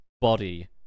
body